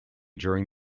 during